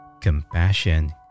compassion